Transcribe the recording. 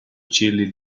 chili